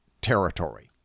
territory